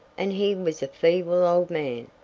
and he was a feeble old man.